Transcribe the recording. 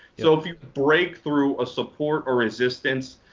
so if you break through a support or resistance,